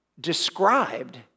described